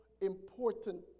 important